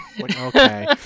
Okay